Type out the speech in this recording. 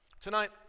Tonight